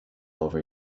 over